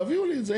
תביאו לי את זה.